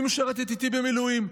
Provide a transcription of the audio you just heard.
והיא משרתת איתי במילואים.